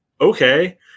Okay